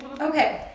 Okay